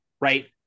right